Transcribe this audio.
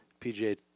PGA